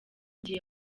gihe